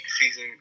season